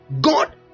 God